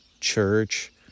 church